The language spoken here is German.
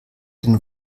den